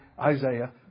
Isaiah